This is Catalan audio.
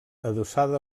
adossada